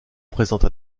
présente